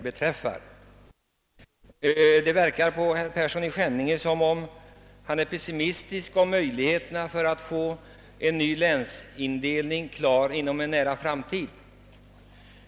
Det verkar som om herr Persson i Skänninge är pessimistisk inför möjligheterna att inom en nära framtid fullfölja en ny länsindelning.